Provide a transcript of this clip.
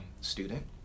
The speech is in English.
student